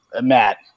Matt